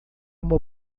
uma